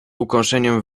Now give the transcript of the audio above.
ukąszeniem